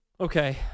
Okay